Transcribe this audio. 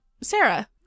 Sarah